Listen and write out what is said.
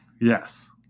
Yes